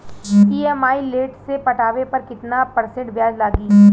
EMI late से पटावे पर कितना परसेंट ब्याज लगी?